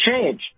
change